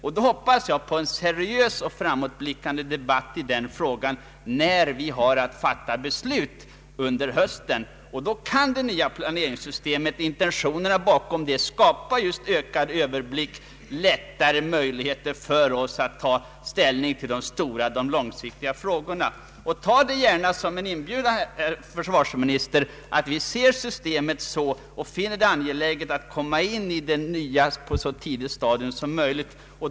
Jag hoppas då på en seriös och framåtblickande debatt i den frågan när vi har att fatta beslut under hösten. Då kan intentionerna bakom det nya planeringssystemet skapa just ökad överblick och bättre möjligheter för oss att ta ställning till de stora och långsiktiga frågorna. Ta det gärna såsom en inbjudan, herr försvarsminister, att vi ser det nya systemet så och finner det angeläget att komma in i det på ett så tidigt stadium som möjligt.